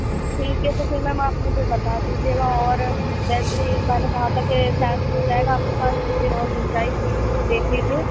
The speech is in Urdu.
ٹھیک ہے تو پھر میم آپ مجھے بتا دیجیے گا اور ویسے میں نے کہا تھا کہ شاید ہو جائے گا آپ کے پاس تھوڑی اور گنجائش ہو تو دیکھ لیجیے